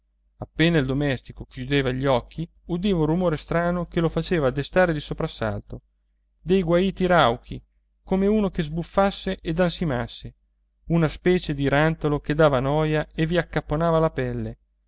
appena il domestico chiudeva gli occhi udiva un rumore strano che lo faceva destare di soprassalto dei guaiti rauchi come uno che sbuffasse ed ansimasse una specie di rantolo che dava noia e vi accapponava la pelle